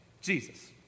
Jesus